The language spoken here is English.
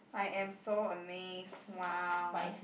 I am so amazed !wow!